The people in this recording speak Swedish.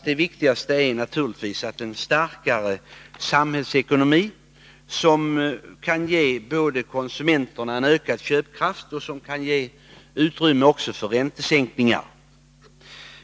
Det viktigaste är naturligtvis en starkare samhällsekonomi, som kan ge konsumenterna ökad köpkraft och ge utrymme för räntesänkningar.